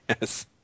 Yes